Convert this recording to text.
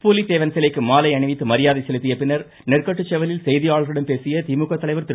பூலித்தேவன் சிலைக்கு மாலை அணிவித்து மரியாதை செலுத்திய பின் நெற்கட்டுசெவலில் செய்தியாளர்களிடம் பேசிய திமுக தலைவர் திரு